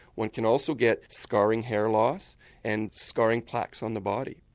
one can also get scarring hair loss and scarring plaques on the body.